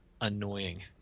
annoying